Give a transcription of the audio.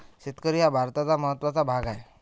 शेतकरी हा भारताचा महत्त्वाचा भाग आहे